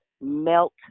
melt